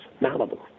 Malibu